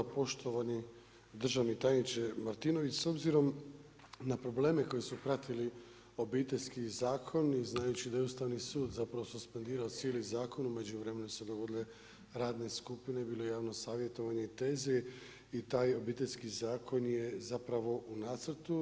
Poštovani državni tajniče Martinović, s obzirom na probleme koji su pratili obiteljski zakon i znajući da je Ustavni sud zapravo suspendirao cijeli zakon, u međuvremenu su se dogodile radne skupine, bilo je javno savjetovanje i … i taj Obiteljski zakon je zapravo u nacrtu.